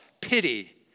pity